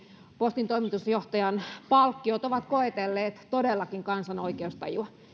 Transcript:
postin toimitusjohtajan palkkiot ovat todellakin koetelleet kansan oikeustajua